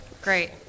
Great